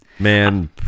Man